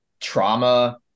trauma